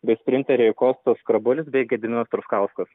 bei sprinteriai kostas skrabulis bei gediminas truskauskas